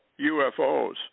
UFOs